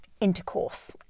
intercourse